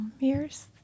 mirrors